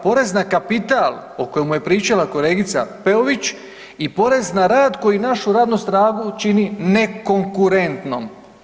Porez na kapital o kojemu je pričala kolegica Peović, i porez na rad koji našu radnu snagu čini nekonkurentnom.